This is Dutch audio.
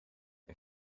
een